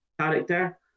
character